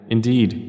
Indeed